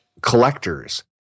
collectors